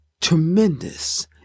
tremendous